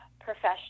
professional